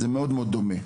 זה מאד מאוד דומה.